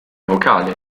vocale